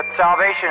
salvation